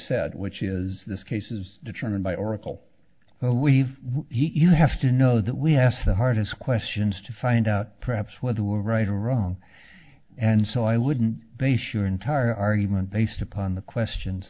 said which is this case is determined by oracle so we've you have to know that we ask the hardest questions to find out perhaps whether we're right or wrong and so i wouldn't be sure entire argument based upon the questions